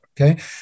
okay